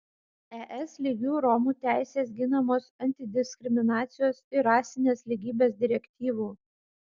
es lygiu romų teisės ginamos antidiskriminacijos ir rasinės lygybės direktyvų